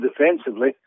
defensively